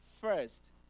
first